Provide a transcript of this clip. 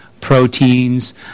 proteins